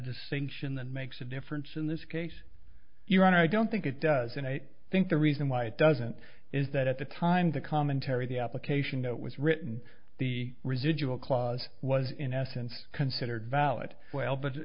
distinction that makes a difference in this case your honor i don't think it does and i think the reason why it doesn't is that at the time the commentary the application that was written the residual clause was in essence considered valid well but